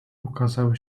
ukazały